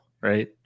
right